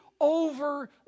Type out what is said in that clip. over